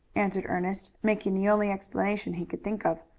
answered ernest, making the only explanation he could think of.